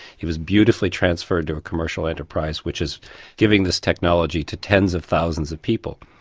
it was beautifully transferred to a commercial enterprise which is giving this technology to tens of thousands of people.